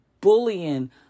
bullying